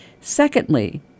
Secondly